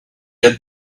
got